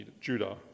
Judah